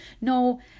No